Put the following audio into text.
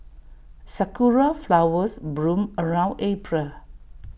Sakura Flowers bloom around April